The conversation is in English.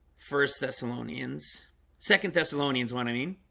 first thessalonians second thessalonians what i mean?